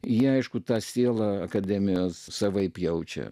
jie aišku tą sielą akademijos savaip jaučia